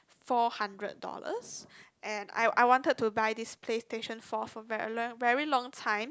four hundred dollars and I I want to buy this PlayStation Four for a very very long time